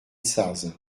sarzin